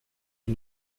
une